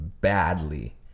badly